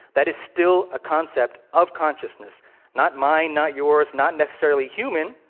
that is still a concept of consciousness not mine, not yours, not necessarily human.